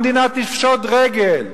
המדינה תפשוט רגל,